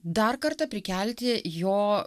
dar kartą prikelti jo